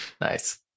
Nice